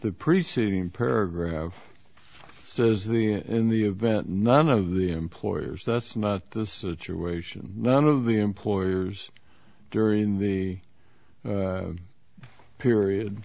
the preceding paragraph says the in the event none of the employers that's not the situation none of the employers during the period